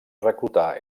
reclutar